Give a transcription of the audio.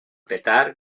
petar